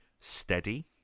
steady